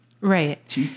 Right